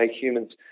humans